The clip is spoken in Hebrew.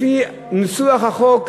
לפי ניסוח החוק,